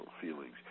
feelings